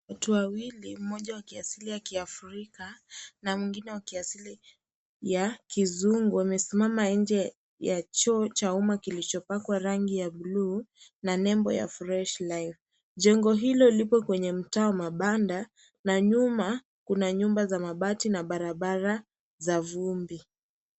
Watu wawili, mmoja wa kiasili ya Afrika na mwingine wa kiasili ya kizungu amesimama nje ya choo cha umma kilichopakwa rangi ya bluu na nembo ya fresh life . Jengo hilo lipo kwenye mtaa wa mabanda na nyuma kuna nyumba za mabati na barabara za vumbi.